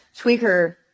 tweaker